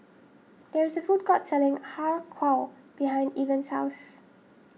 there is a food court selling Har Kow behind Evans' house